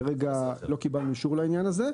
כרגע לא קיבלתי אישור לעניין הזה.